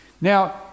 Now